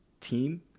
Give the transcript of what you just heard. team